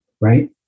Right